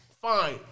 fine